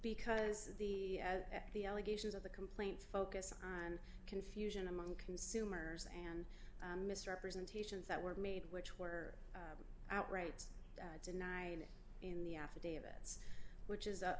because the allegations of the complaint focus on confusion among consumers and misrepresentations that were made which were outright denied in the affidavits which is a